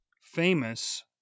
famous